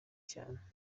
cyane